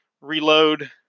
reload